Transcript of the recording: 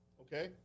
Okay